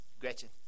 Gretchen